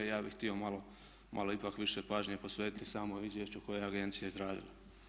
Ja bih htio malo ipak više pažnje posvetiti samom izvješću koje je agencija izradila.